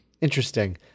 interesting